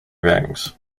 rings